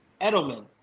Edelman